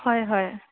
ꯍꯣꯏ ꯍꯣꯏ